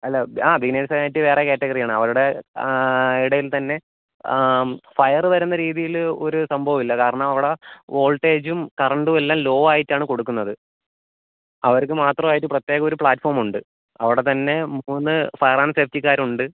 അല്ലാ ആ ബിഗിനേഴ്സിന് ആയിട്ട് വേറെ കാറ്റഗറിയാണ് അവരുടെ ഇടയിൽത്തന്നെ ഫയറ് വരുന്ന രീതിയിൽ ഒരു സംഭവമില്ല കാരണം അവിടെ വോൾടേജും കറണ്ടും എല്ലാം ലോ ആയിട്ടാണ് കൊടുക്കുന്നത് അവർക്ക് മാത്രമായിട്ട് പ്രത്യേകമൊരു പ്ലാറ്റ്ഫോമുണ്ട് അവിടെത്തന്നെ മൂന്ന് ഫയർ ആൻഡ് സേഫ്റ്റിക്കാരുണ്ട്